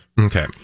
Okay